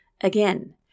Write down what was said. Again